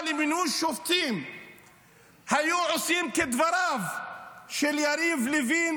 למינוי שופטים היו עושים כדבריו של יריב לוין,